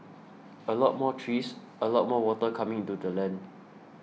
a lot more trees a lot more water coming into the land